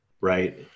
right